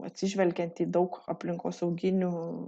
atsižvelgiant į daug aplinkosauginių